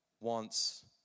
wants